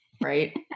right